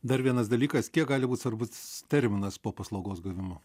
dar vienas dalykas kiek gali būt svarbus terminas po paslaugos gavimo